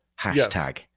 hashtag